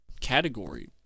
category